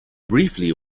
briefly